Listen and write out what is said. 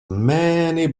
many